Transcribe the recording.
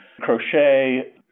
crochet